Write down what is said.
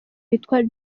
witwa